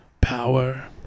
power